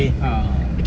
ah